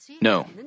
No